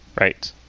Right